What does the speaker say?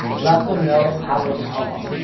let them know how it can help them.